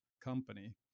company